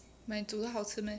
but 你煮得好吃 meh